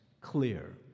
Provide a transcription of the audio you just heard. clear